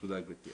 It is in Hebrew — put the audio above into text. תודה, גברתי.